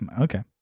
okay